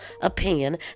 opinion